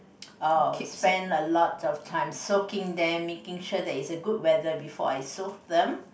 spend a lot of time soaking them making sure that it's a good weather before I soak them